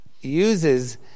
uses